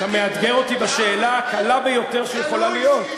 אתה מאתגר אותי בשאלה הקלה ביותר שיכולה להיות.